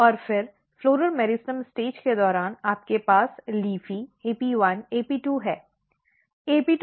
और फिर floral meristem चरण के दौरान आपके पास LEAFY AP1 AP2 है